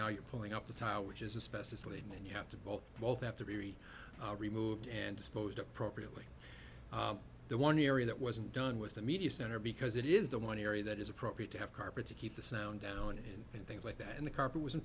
now you're pulling up the tile which is especially when you have to both both have to be removed and disposed appropriately the one area that wasn't done was the media center because it is the one area that is appropriate to have carpet to keep the sound down and things like that and the carpet was in